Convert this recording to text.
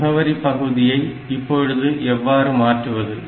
முகவரி பகுதியை இப்பொழுது எவ்வாறு மாற்றுவது